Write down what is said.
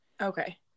Okay